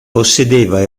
possedeva